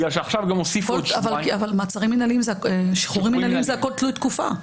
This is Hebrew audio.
אבל שחרורים מינהליים זה הכול תלוי תקופה.